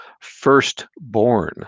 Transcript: firstborn